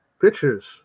Pictures